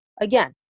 Again